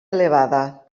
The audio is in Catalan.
elevada